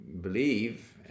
believe